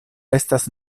estas